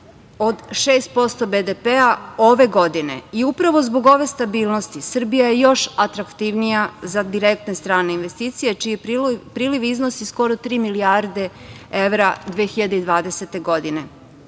6% BDP ove godine i upravo zbog ove stabilnost Srbija je još atraktivnija za direktne strane investicije, čiji priliv iznosi skoro tri milijarde evra 2020.